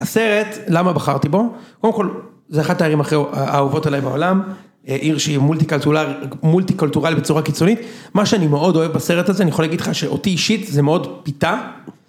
הסרט, למה בחרתי בו, קודם כל זה אחת הערים הכי האהובות עליי בעולם, עיר שהיא מולטי קולטורלית בצורה קיצונית, מה שאני מאוד אוהב בסרט הזה, אני יכול להגיד לך שאותי אישית זה מאוד פיתה.